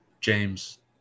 James